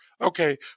Okay